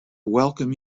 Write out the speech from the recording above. welcome